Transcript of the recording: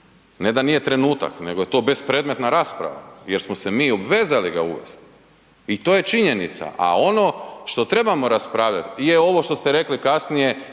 ne da nije trenutak nego je to bespredmetna rasprava jer smo se mi obvezali ga uvest i to je činjenica a ono što trebamo raspravljat je ovo što ste rekli kasnije,